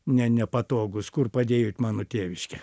ne nepatogūs kur padėjot mano tėviškę